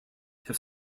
have